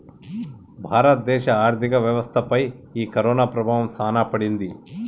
భారత దేశ ఆర్థిక వ్యవస్థ పై ఈ కరోనా ప్రభావం సాన పడింది